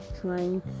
trying